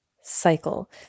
cycle